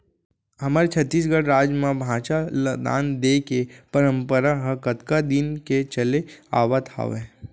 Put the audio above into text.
हमर छत्तीसगढ़ राज म भांचा ल दान देय के परपंरा ह कतका दिन के चले आवत हावय